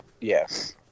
Yes